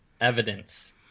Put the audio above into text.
evidence